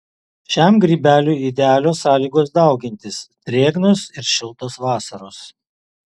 šiam grybeliui idealios sąlygos daugintis drėgnos ir šiltos vasaros